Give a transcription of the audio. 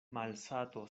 malsato